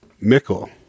Mickle